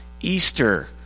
Easter